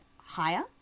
higher